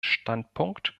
standpunkt